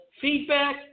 feedback